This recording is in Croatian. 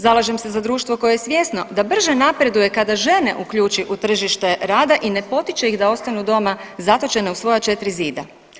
Zalažem se za društvo koje je svjesno da brže napreduje kada žene uključi u tržište rada i ne potiče ih da ostanu doma zatočene u svoja 4 zida.